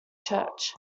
church